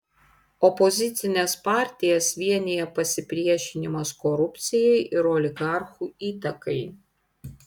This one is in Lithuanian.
opozicines partijas vienija pasipriešinimas korupcijai ir oligarchų įtakai